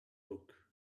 book